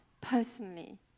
personally